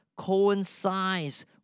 coincides